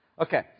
okay